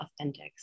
authentic